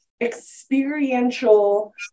experiential